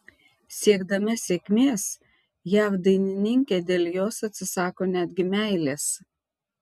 siekdama sėkmės jav dainininkė dėl jos atsisako netgi meilės